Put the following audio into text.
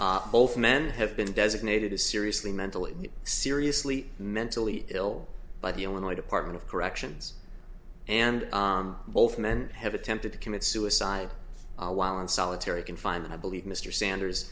eleven both men have been designated as seriously mentally ill seriously mentally ill by the illinois department of corrections and both men have attempted to commit suicide while in solitary confinement i believe mr sanders